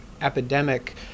epidemic